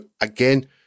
Again